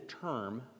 term